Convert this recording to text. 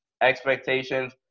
expectations